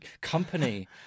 company